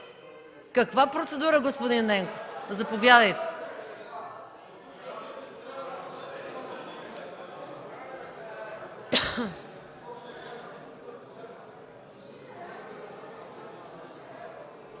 Каква процедура, господин Ненков? Заповядайте!